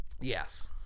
Yes